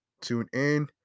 TuneIn